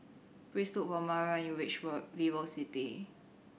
please look for Maralyn when you reach VivoCity